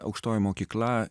aukštoji mokykla